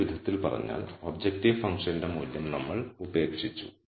മറ്റൊരു വിധത്തിൽ പറഞ്ഞാൽ ഒബ്ജക്റ്റീവ് ഫങ്ക്ഷന്റെ മൂല്യം നമ്മൾ ഉപേക്ഷിച്ചു